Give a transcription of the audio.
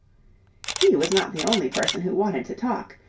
he was not the only person who wanted to talk.